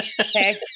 Okay